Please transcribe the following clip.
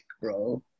bro